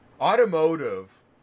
automotive